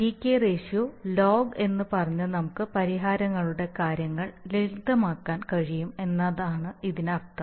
decay ratio log എന്ന് പറഞ്ഞ് നമുക്ക് പരിഹാരങ്ങളുടെ കാര്യങ്ങൾ ലളിതമാക്കാൻ കഴിയും എന്നാണ് ഇതിനർത്ഥം